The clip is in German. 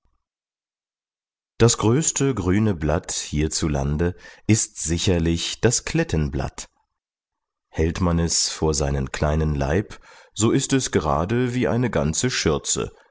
das größte grüne blatt hier zu lande ist sicherlich das klettenblatt hält man es vor seinen kleinen leib so ist es gerade wie eine ganze schürze